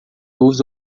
usa